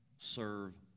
serve